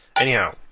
Anyhow